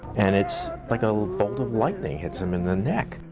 and it's like a bolt of lightening hits him in the neck.